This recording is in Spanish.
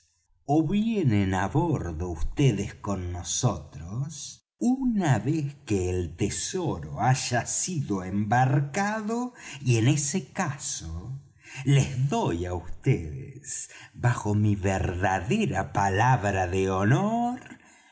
ó vienen vds á bordo con nosotros una vez que el tesoro haya sido embarcado y en ese caso les doy á vds bajo mi verdadera palabra de honor